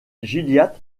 gilliatt